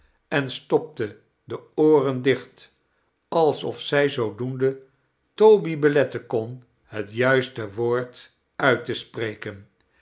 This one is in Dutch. en stopte de ooren dicht alsof zij zoodoende toby beletten kon het juiste woord uit te spreken